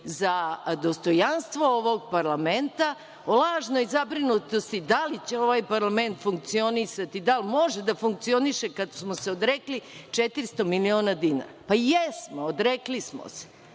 za dostojanstvo ovog parlamenta, o lažnoj zabrinutosti da li će ovaj parlament funkcionisati, da li može da funkcioniše kada smo se odrekli 400 miliona dinara. Jesmo, odrekli smo.